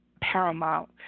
paramount